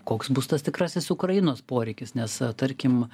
koks bus tas tikrasis ukrainos poreikis nes tarkim